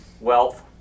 wealth